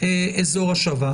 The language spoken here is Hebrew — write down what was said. אזור הושבה.